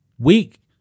Weak